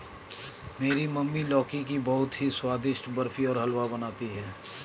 मेरी मम्मी लौकी की बहुत ही स्वादिष्ट बर्फी और हलवा बनाती है